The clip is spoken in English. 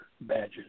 badges